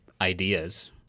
ideas